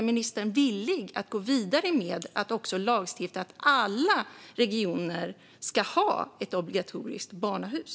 Är ministern villig att gå vidare med att också lagstifta att alla regioner ska ha ett obligatoriskt barnahus?